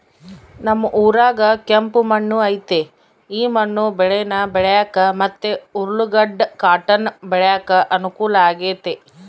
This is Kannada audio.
ನಮ್ ಊರಾಗ ಕೆಂಪು ಮಣ್ಣು ಐತೆ ಈ ಮಣ್ಣು ಬೇಳೇನ ಬೆಳ್ಯಾಕ ಮತ್ತೆ ಉರ್ಲುಗಡ್ಡ ಕಾಟನ್ ಬೆಳ್ಯಾಕ ಅನುಕೂಲ ಆಗೆತೆ